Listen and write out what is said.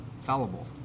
fallible